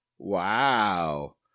Wow